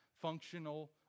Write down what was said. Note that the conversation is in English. functional